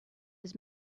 his